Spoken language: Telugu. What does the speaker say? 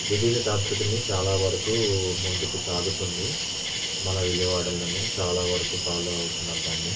విదేశ సాంస్కృతిని చాలా వరకు ముందుకు సాగుతుంది మన విజయవాడల్లోనే చాలా వరకు ఫాలో అవుతున్నారు దాన్ని